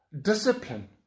discipline